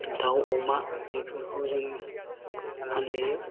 दाव अमा बेफोरखौ जोङो फानहैयो